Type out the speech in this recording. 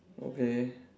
okay